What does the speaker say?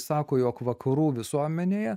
sako jog vakarų visuomenėje